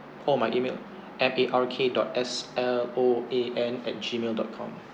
oh my email M A R K dot S L O A N at gmail dot com